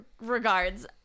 regards